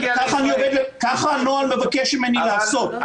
-- ככה הנוהל מבקש ממני לעשות,